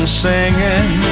singing